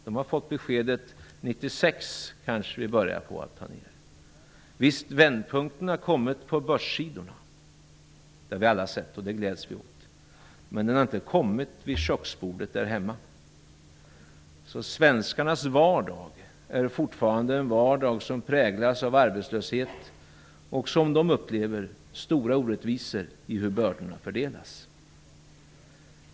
De har fått beskedet att arbetslösheten kanske börjar gå ner 1996. Visst har vändpunkten kommit på börssidorna -- det har vi alla sett, och det gläds vi åt -- men den har inte kommit vid köksbordet där hemma. Svenskarnas vardag är fortfarande präglad av arbetslöshet, och vi upplever stora orättvisor i fråga om hur bördorna fördelas.